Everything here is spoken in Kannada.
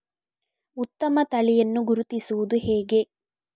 ಉತ್ತಮ ತಳಿಯನ್ನು ಗುರುತಿಸುವುದು ಹೇಗೆ?